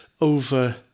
over